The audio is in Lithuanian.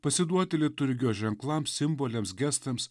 pasiduoti liturgijos ženklams simboliams gestams